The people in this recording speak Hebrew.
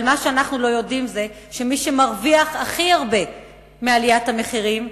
אבל מה שאנחנו לא יודעים זה שמי שמרוויח הכי הרבה מעליית המחירים,